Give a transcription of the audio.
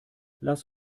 lass